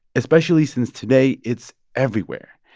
especially since today it's everywhere.